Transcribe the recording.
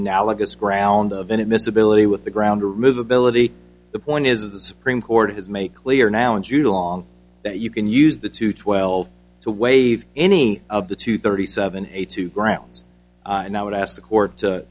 analogous ground of an admissibility with the ground movability the point is the supreme court has made clear now in jude law that you can use the two twelve to waive any of the two thirty seven eight two grounds and i would ask the court to